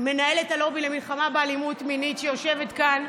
מנהלת הלובי למלחמה באלימות מינית, שיושבת כאן,